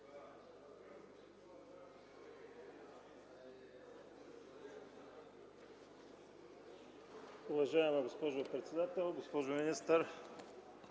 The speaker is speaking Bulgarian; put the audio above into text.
Уважаема госпожо председател, госпожо министър,